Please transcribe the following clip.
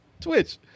twitch